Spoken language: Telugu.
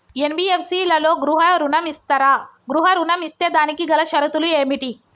ఎన్.బి.ఎఫ్.సి లలో గృహ ఋణం ఇస్తరా? గృహ ఋణం ఇస్తే దానికి గల షరతులు ఏమిటి?